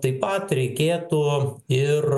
taip pat reikėtų ir